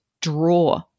draw